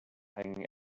hanging